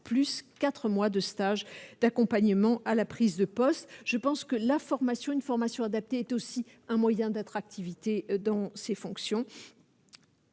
plus 4 mois de stages d'accompagnement à la prise de poste, je pense que la formation une formation adaptée, est aussi un moyen d'attractivité dans ses fonctions.